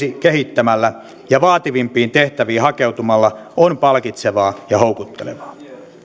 kehittämällä ja vaativampiin tehtäviin hakeutumalla on palkitsevaa ja houkuttelevaa